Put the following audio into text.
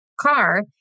car